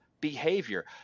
behavior